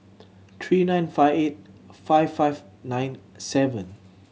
three nine five eight five five nine seven